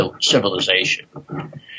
civilization